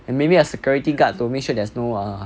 and maybe a security guard to make sure there's no err